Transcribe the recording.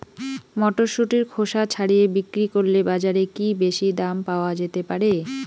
মটরশুটির খোসা ছাড়িয়ে বিক্রি করলে বাজারে কী বেশী দাম পাওয়া যেতে পারে?